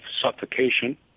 suffocation